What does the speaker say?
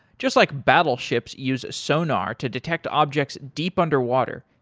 just like battleships uses sonar to detect objects deep underwater,